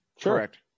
Correct